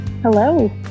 Hello